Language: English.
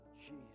Jesus